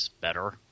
better